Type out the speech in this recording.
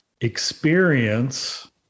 experience